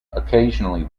occasionally